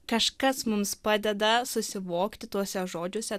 kažkas mums padeda susivokti tuose žodžiuose